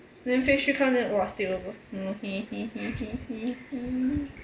then phase three come then !wah! stay over mm he he he he he he